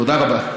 תודה רבה.